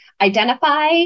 identify